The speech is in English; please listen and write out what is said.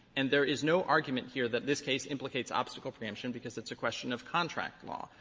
and there is no argument here that this case implicates obstacle preemption because it's a question of contract law.